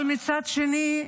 אבל מצד שני,